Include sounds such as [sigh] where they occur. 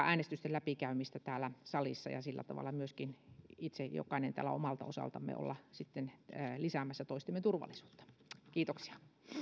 [unintelligible] äänestysten läpikäymistä täällä salissa ja sillä tavalla myöskin jokainen täällä omalta osaltamme olla lisäämässä toistemme turvallisuutta kiitoksia